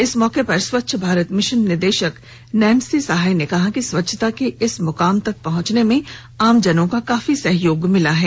इस मौके पर स्वच्छ भारत मिशन निदेशक नैन्सी सहाय ने कहा कि स्वच्छता के इस मुकाम तक पहुंचने में आमजनों का काफी सहयोग मिला है